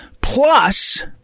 Plus